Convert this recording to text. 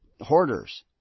hoarders